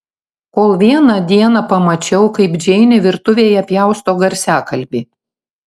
kol vieną dieną pamačiau kaip džeinė virtuvėje pjausto garsiakalbį